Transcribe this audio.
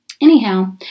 Anyhow